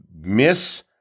miss